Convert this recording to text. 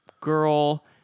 girl